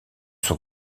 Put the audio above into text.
son